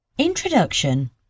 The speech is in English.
introduction